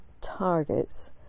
targets